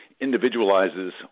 individualizes